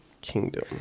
Kingdom